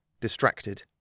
distracted